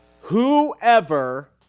Whoever